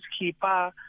keeper